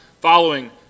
following